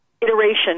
iteration